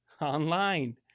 online